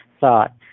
thought